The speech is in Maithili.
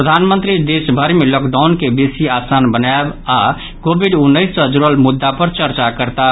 प्रधानमंत्री देशभरि मे लॉकडाउन के बेसी आसान बनायब आओर कोविड उन्नैस सँ जुड़ल मुद्दा पर चर्चा करताह